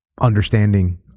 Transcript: understanding